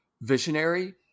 visionary